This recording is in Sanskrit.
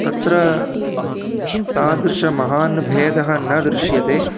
तत्र तादृशः महान् भेदः न दृश्यते